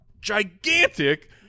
gigantic